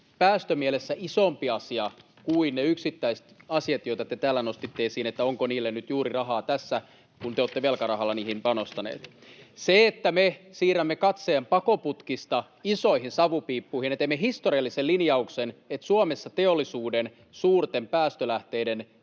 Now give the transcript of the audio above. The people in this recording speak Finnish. päästömielessä isompi asia kuin ne yksittäiset asiat, joita te täällä nostitte esiin, että onko niille nyt juuri rahaa tässä, kun te olette velkarahalla niihin panostaneet. Se, että me siirrämme katseen pakoputkista isoihin savupiippuihin ja teemme historiallisen linjauksen, että Suomessa teollisuuden suurten päästölähteiden